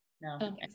no